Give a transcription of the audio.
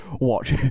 watch